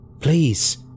Please